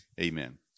Amen